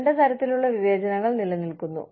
രണ്ട് തരത്തിലുള്ള വിവേചനങ്ങൾ നിലനിൽക്കുന്നു